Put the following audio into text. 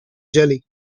jelly